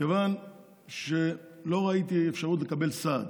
כיוון שלא ראיתי אפשרות לקבל סעד,